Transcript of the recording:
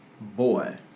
Boy